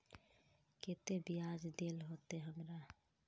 केते बियाज देल होते हमरा?